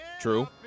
True